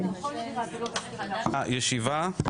מחדשים את הישיבה.